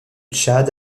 tchad